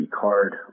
card